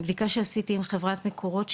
מבדיקה שעשיתי עם חברת מקורות,